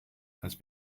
has